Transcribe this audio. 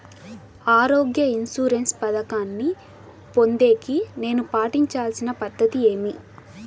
ఆరోగ్య ఇన్సూరెన్సు పథకాన్ని పొందేకి నేను పాటించాల్సిన పద్ధతి ఏమి?